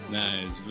nice